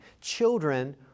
children